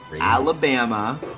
Alabama